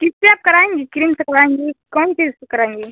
किससे आप कराएँगी क्रीम से कराएँगी कौन चीज से कराएँगी